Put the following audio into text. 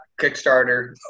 Kickstarter